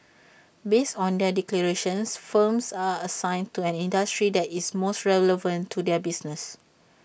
based on their declarations firms are assigned to an industry that is most relevant to their business